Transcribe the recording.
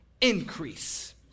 increase